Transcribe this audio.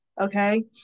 okay